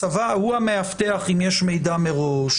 הצבא הוא המאבטח אם יש מידע מראש,